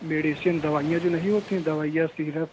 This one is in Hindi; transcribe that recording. मेडिसिन दवाइयाँ जो नहीं होती हैं दवाइयाँ सीरप